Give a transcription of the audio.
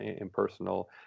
impersonal